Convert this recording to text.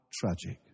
tragic